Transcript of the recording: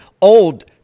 old